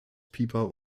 pieper